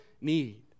need